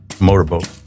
motorboat